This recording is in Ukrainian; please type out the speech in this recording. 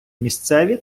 місцеві